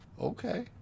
okay